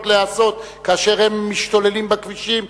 להיעשות כאשר הם משתוללים בכבישים,